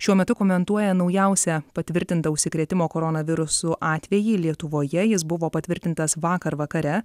šiuo metu komentuoja naujausią patvirtintą užsikrėtimo koronavirusu atvejį lietuvoje jis buvo patvirtintas vakar vakare